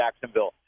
Jacksonville